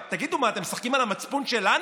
תגידו, מה אתם משחקים על המצפון שלנו?